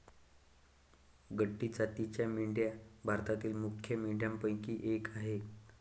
गड्डी जातीच्या मेंढ्या भारतातील मुख्य मेंढ्यांपैकी एक आह